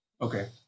Okay